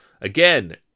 Again